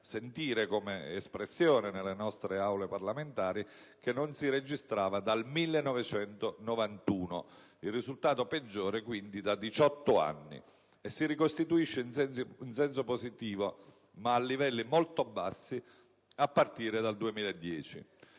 sentire come espressione nelle nostre Aule parlamentari) che non si registrava dal 1991 - quindi, il risultato peggiore da 18 anni a questa parte - e si ricostituisce in senso positivo, ma a livelli molto bassi, a partire dal 2010.